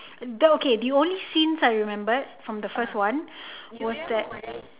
the okay the only scenes I remembered from the first one was that